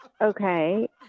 Okay